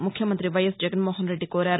ముఖ్యమంతి వైఎస్ జగన్మోహన్రెడ్డి కోరారు